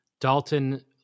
Dalton